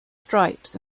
stripes